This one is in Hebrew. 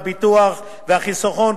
ביטוח וחיסכון,